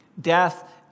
Death